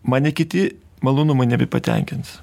mane kiti malonumai nebepatenkins